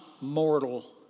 mortal